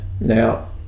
Now